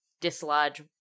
dislodge